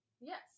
Yes